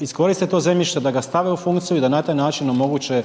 iskoriste to zemljište, da ga stave u funkciju i da na taj način omoguće